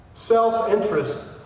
self-interest